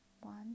One